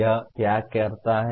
यह क्या करता है